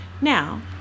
Now